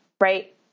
Right